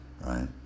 right